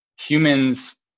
humans